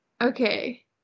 okay